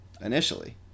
initially